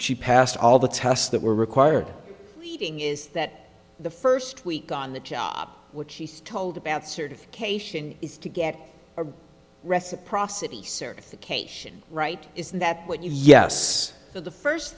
she passed all the tests that were required reading is that the first week on the job which she's told about certification is to get a reciprocity certification right is that what yes for the first